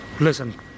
Listen